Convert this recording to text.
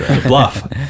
Bluff